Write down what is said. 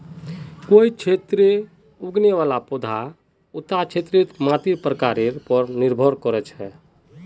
कोई क्षेत्रत उगने वाला पौधार उता क्षेत्रेर मातीर प्रकारेर पर निर्भर कर छेक